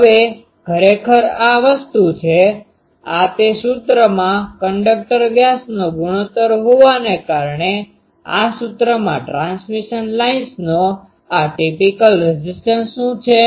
હવે ખરેખર આ વસ્તુ આ તે સૂત્રમાં કંડક્ટર વ્યાસનો ગુણોત્તર હોવાને કારણે કે આ સૂત્રમાં ટ્રાન્સમિશન લાઇન્સનો આ ટીપીકલ રેઝીસ્ટન્સ શું છે